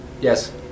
Yes